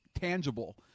tangible